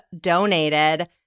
donated